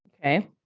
okay